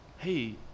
hey